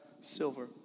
silver